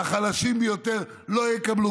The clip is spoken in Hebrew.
והחלשים ביותר לא יקבלו,